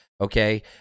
Okay